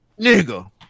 Nigga